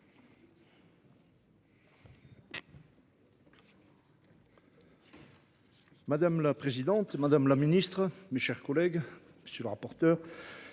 Madame la présidente Madame la Ministre, mes chers collègues si le rapporteur.